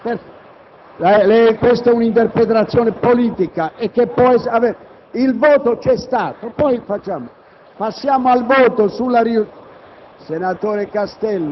parere contrario del Governo.